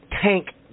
tank